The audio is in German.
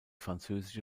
französische